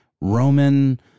Roman